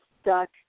stuck